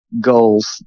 goals